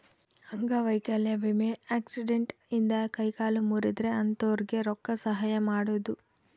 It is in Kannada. ಅಂಗವೈಕಲ್ಯ ವಿಮೆ ಆಕ್ಸಿಡೆಂಟ್ ಇಂದ ಕೈ ಕಾಲು ಮುರ್ದಿದ್ರೆ ಅಂತೊರ್ಗೆ ರೊಕ್ಕ ಸಹಾಯ ಮಾಡೋದು